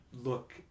look